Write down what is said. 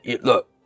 look